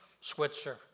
Switzer